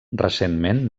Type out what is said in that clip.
recentment